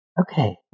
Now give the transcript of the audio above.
Okay